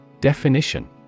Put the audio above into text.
Definition